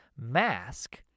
mask